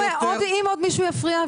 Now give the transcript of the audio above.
אם עוד מישהו יפריע,